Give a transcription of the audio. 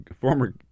former